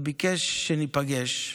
ביקש שניפגש,